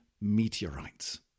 meteorites